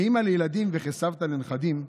כאימא לילדים וכסבתא לנכדים,